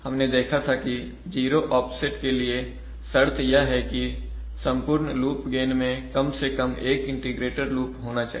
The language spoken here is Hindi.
हमने देखा था कि ज़ीरो ऑफसेट के लिए शर्त यह है कि संपूर्ण लूप गेन मैं कम से कम एक इंटीग्रेटर लूप में होना चाहिए